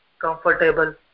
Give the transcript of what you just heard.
comfortable